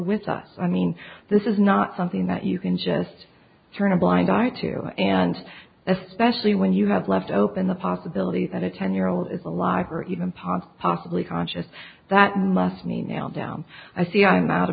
with us i mean this is not something that you can just turn a blind eye to and especially when you have left open the possibility that a ten year old is alive or even pa possibly conscious that must mean now down i see on